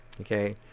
Okay